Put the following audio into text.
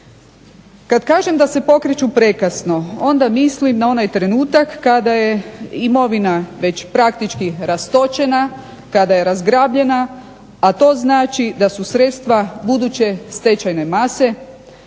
Kad kažem da se pokreću prekasno onda mislim na onaj trenutak kada je imovina već praktički rastočena, kada je razgrabljena, a to znači da su sredstva buduće stečajne mase